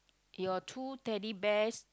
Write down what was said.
your two Teddy Bears